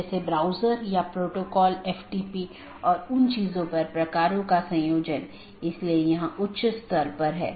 यदि तय अवधी के पूरे समय में सहकर्मी से कोई संदेश प्राप्त नहीं होता है तो मूल राउटर इसे त्रुटि मान लेता है